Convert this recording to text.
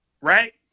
right